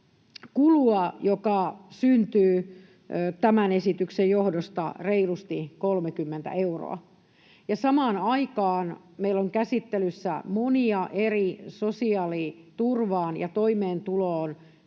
kulua, joka syntyy tämän esityksen johdosta, reilusti 30 euroa. Samaan aikaan meillä on käsittelyssä monia eri sosiaaliturvaan ja toimeentuloon